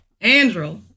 Andrew